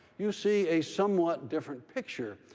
you see a somewhat different picture.